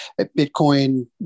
Bitcoin